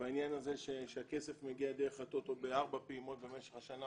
והעניין הזה שהכסף מגיע דרך הטוטו בארבע פעימות במשך השנה